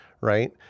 Right